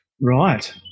Right